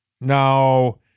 Now